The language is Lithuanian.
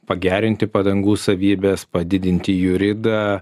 pagerinti padangų savybes padidinti jų ridą